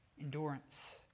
endurance